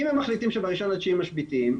אם הם מחליטים שב-1.9 הם משביתים,